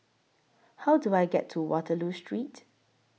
How Do I get to Waterloo Street